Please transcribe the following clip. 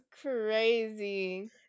crazy